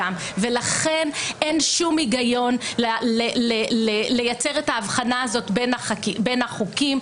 ולכן אין שום היגיון לייצר את ההבחנה הזאת בין החוקים,